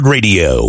Radio